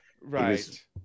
right